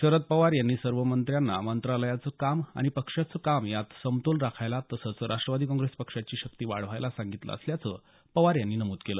शरद पवार यांनी सर्व मंत्र्यांना मंत्रालयाचं काम आणि पक्षाचं काम यात समतोल राखायला तसंच राष्टवादी काँग्रेस पक्षाची शक्ती वाढवायला सांगितलं असल्याचं पवार यांनी यावेळी नमुद केलं